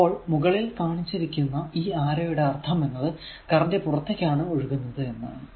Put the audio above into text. അപ്പോൾ മുകളിലേക്ക് കാണിച്ചിരിക്കുന്ന ഈ ആരോയുടെ അർഥം എന്നത് കറന്റ് പുറത്തേക്കാണ് ഒഴുകുന്നത് എന്നതാണ്